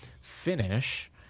finish